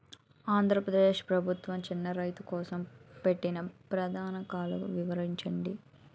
ఆంధ్రప్రదేశ్ ప్రభుత్వ చిన్నా రైతుల కోసం పెట్టిన పథకాలు వివరించండి?